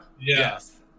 Yes